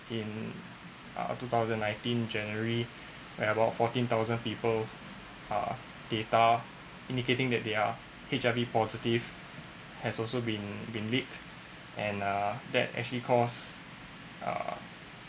in uh two thousand nineteen January where about fourteen thousand people uh data indicating that they are H_I_V positive has also been been leaked and uh that actually cause uh